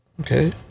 Okay